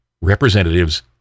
representatives